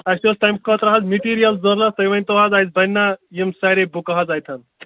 اَسہِ اوس تَمہِ خٲطرٕ حظ مِٹیٖریَل ضروٗرت تُہۍ ؤنۍتو حظ اَسہِ بَنہِ نا یِم سارے بُکہٕ حظ اتِتھَس